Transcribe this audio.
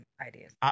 ideas